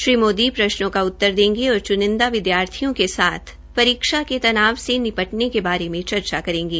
श्री मोदी प्रश्नों का उत्तर देंगो और चुनिंदा विदयार्थियों के साथ परीक्षज्ञा के तनाव से निपटने के बारे में चर्चा करेंगे